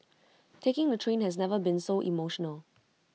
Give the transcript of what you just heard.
taking the train has never been so emotional